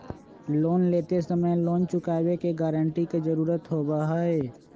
loan लेते समय loan चुकावे के गारंटी के जरुरत होबा हई